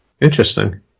Interesting